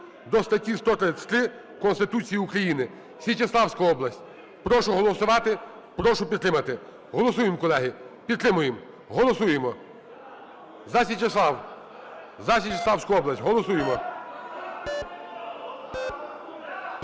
до статті 133 Конституції України – Січеславську область. Прошу голосувати, прошу підтримати. Голосуємо, колеги, підтримуємо. Голосуємо за Січеслав, за Січеславську область голосуємо.